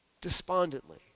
despondently